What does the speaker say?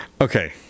Okay